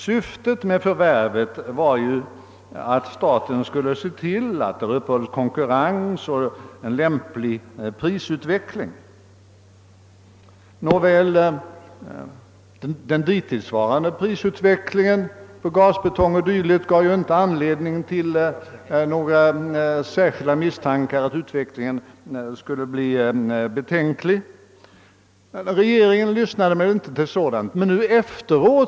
Syftet med förvärvet var ju att staten skulle se till att det blev konkurrens och att lämplig prisutveckling främjades. Den dittillsvarande prisutvecklingen på gasbetong och dylikt gav inte anledning till några särskilda farhågor för skadlig prispolitik. Regeringen lyssnade inte till de varningar som uttalades beträffande företaget.